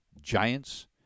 Giants